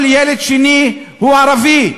כל ילד עני שני הוא ערבי.